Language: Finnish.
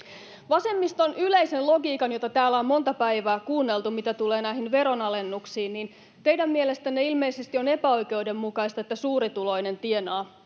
Vasemmiston yleisen logiikan mukaan — jota täällä on monta päivää kuunneltu —, teidän mielestänne, mitä tulee näihin veronalennuksiin, ilmeisesti on epäoikeudenmukaista, että suurituloinen tienaa